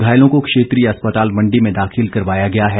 घायलों को क्षेत्रीय अस्पताल मंडी में दाखिल करवाया गया है